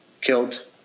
killed